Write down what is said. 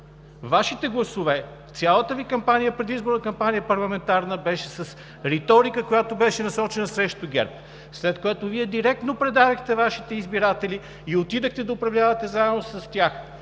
Вашите гласове, цялата Ви предизборна парламентарна кампания беше с риторика, която беше насрочена срещу ГЕРБ, след което Вие директно предадохте Вашите избиратели и отидохте да управлявате заедно с тях.